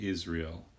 Israel